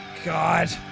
god.